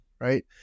right